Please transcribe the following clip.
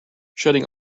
shutting